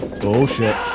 bullshit